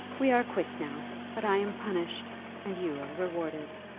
we are quits now but i am punished and you are rewarded.